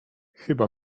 chyba